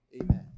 amen